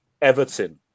Everton